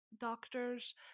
doctors